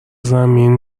زمین